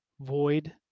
void